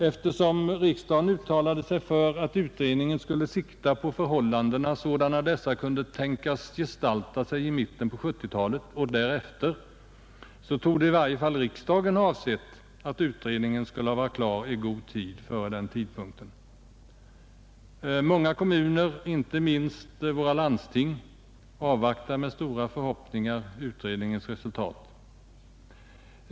Eftersom riksdagen uttalade sig för att utredningen skulle sikta på förhållandena sådana dessa kunde tänkas gestalta sig i mitten av 1970-talet och därefter, torde i varje fall riksdagen ha avsett att utredningen skulle vara klar i god tid före den tidpunkten. Många kommuner, inte minst våra landsting, avvaktar med stora förhoppningar utredningens resultat.